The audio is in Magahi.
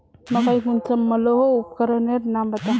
मकई कुंसम मलोहो उपकरनेर नाम बता?